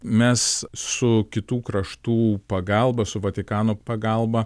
mes su kitų kraštų pagalba su vatikano pagalba